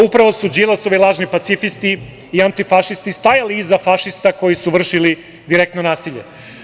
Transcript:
Upravo su Đilasovi lažni pacifisti i antifašisti stajali iza fašista koji su vršili direktno nasilje.